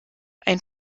ein